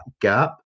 gap